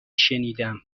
شنیدم